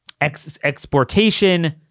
exportation